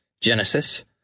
Genesis